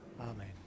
Amen